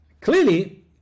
Clearly